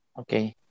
Okay